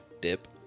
dip